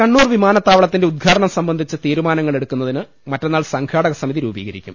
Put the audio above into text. കണ്ണൂർ വിമാനത്താവളത്തിന്റെ ഉദ്ഘാടനം സംബന്ധിച്ച് തീരു മാനങ്ങളെടുക്കുന്നതിന് മറ്റന്നാൾ സംഘാടക സമിതി രൂപീകരി ക്കും